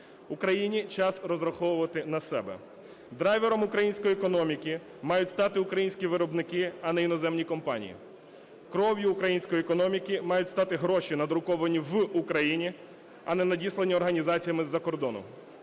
Україні час розраховувати на себе. Драйвером української економіки мають стати українські виробники, а не іноземні компанії. Кров'ю української економіки мають стати гроші, надруковані в Україні, а не надіслані організаціями з-за кордону.